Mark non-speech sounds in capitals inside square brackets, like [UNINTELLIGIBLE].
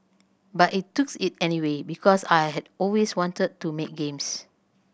but it took [UNINTELLIGIBLE] it anyway because I had always wanted to make games